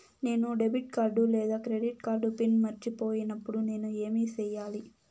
నేను debit card లేదా credit card PIN మర్చిపోయినప్పుడు నేను ఏమి సెయ్యాలి?